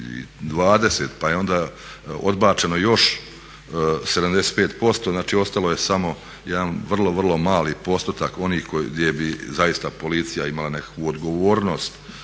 pa je onda odbačeno još 75%, znači ostalo je samo jedan vrlo, vrlo mali postotak oni gdje bi zaista policija imala nekakvu odgovornost